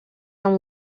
amb